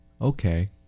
okay